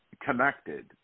connected